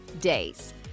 days